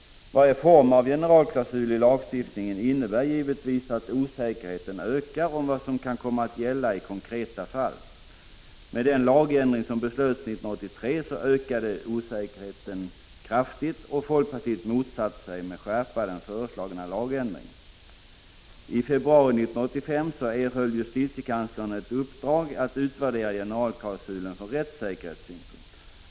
Varje form av generalklausul i lagstiftningen innebär givetvis att osäkerheten ökar om vad som kan komma att gälla i konkreta fall. Med den lagändring som beslöts 1983 ökade osäkerheten kraftigt, och folkpartiet motsatte sig med skärpa den föreslagna lagändringen. I februari 1985 erhöll justitiekanslern ett uppdrag att utvärdera generalklausulen från rättssäkerhetssynpunkt.